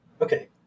Okay